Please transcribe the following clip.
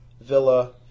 Villa